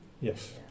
Yes